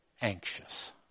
anxious